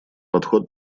подход